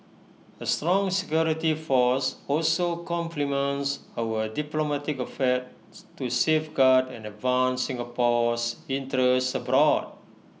A strong security force also complements our diplomatic affair to safeguard and advance Singapore's interests abroad